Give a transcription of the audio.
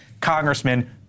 congressman